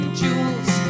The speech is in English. jewels